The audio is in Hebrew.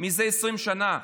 מזה 20 שנה.